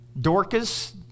Dorcas